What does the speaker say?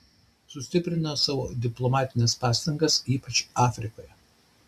sustiprino savo diplomatines pastangas ypač afrikoje